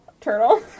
Turtle